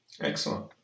Excellent